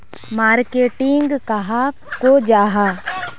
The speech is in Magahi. मार्केटिंग कहाक को जाहा?